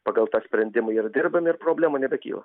pagal tą sprendimą ir dirbam ir problemų nebekyla